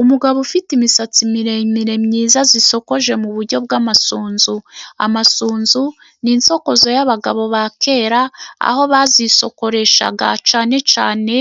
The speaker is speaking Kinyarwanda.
Umugabo ufite imisatsi miremire myiza, isokoje mu buryo bw'amasunzu. Amasunzu ni insokozo y'abagabo ba kera, aho bazisokoreshaga cyane cyane